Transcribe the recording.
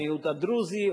המיעוט הדרוזי,